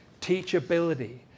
teachability